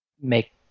make